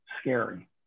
scary